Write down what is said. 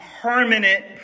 permanent